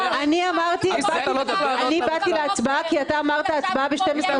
באתי להצבעה כי אמרת שהצבעה ב-12:15.